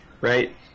right